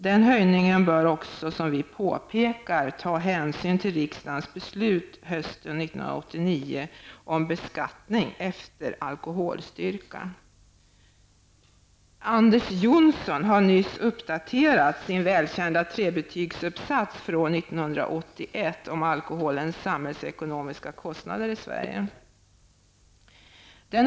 Den höjningen bör också, som vi påpekar, ta hänsyn till riksdagens beslut hösten 1989 om beskattning efter alkoholstyrka. Anders Johnson har nyss uppdaterat sin välkända trebetygsuppsats från 1981 om alkoholens samhällsekonomiska kostnader i Sverige.